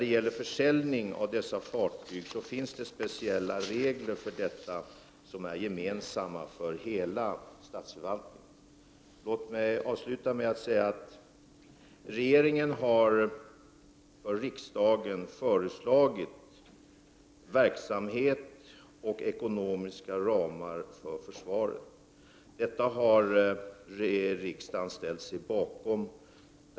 Det finns speciella regler för försäljning av dessa fartyg, och de är gemensamma för hela statsförvaltningen. Låt mig avsluta med att säga att regeringen till riksdagen har föreslagit verksamhet och ekonomiska ramar för försvaret. Dessa förslag har riksdagen ställt sig bakom.